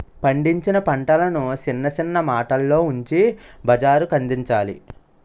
పండించిన పంటలను సిన్న సిన్న మూటల్లో ఉంచి బజారుకందించాలి